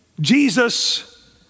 Jesus